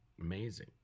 Amazing